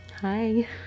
Hi